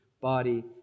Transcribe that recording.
body